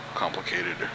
Complicated